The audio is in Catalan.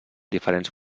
diferents